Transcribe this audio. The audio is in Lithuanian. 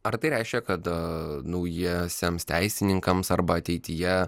ar tai reiškia kada naujiesiems teisininkams arba ateityje